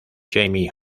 jamie